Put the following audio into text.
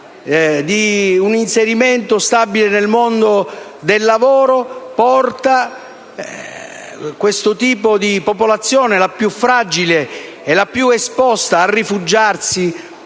un inserimento stabile nel mondo del lavoro inducono questa fascia di popolazione, la più fragile e la più esposta, a rifugiarsi